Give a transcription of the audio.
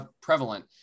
prevalent